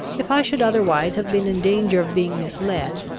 if i should otherwise have been in danger of being misled,